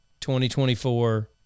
2024